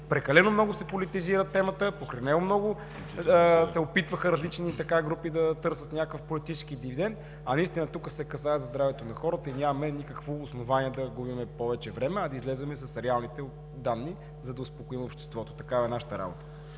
прекалено много се политизира темата, прекалено много различни групи се опитваха да търсят някакъв политически дивидент. Тук се касае за здравето на хората и нямаме никакво основание да губим повече време – да излезем с реалните данни, за да успокоим обществото. Такава е нашата работа.